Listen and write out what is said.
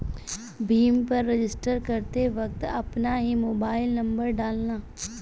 भीम पर रजिस्टर करते वक्त अपना ही मोबाईल नंबर डालना